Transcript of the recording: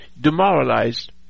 demoralized